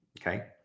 Okay